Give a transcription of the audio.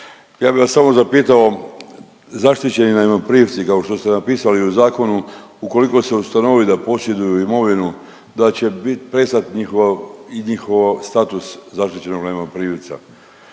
Ja bih vas samo zapisao zaštićeni najmoprimci kao što ste napisali u zakonu ukoliko se ustanovi da posjeduju imovinu, da će prestat njihova, njihovo status zaštićenog najmoprimca.